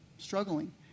struggling